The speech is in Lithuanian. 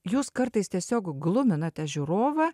jūs kartais tiesiog gluminate žiūrovą